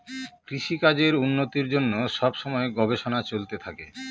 কৃষিকাজের উন্নতির জন্য সব সময় গবেষণা চলতে থাকে